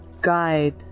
Guide